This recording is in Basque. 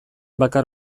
bakar